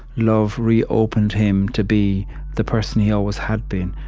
love reopened him to be the person he always had been,